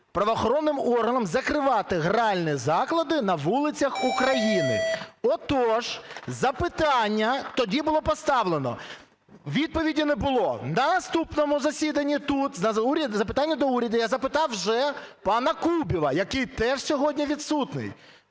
правоохоронним органам закривати гральні заклади на вулицях України. Отож, запитання тоді було поставлено. Відповіді не було. На наступному засіданні тут на запитаннях до уряду я запитав вже пана Кубіва, який теж сьогодні відсутній: